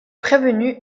prévenu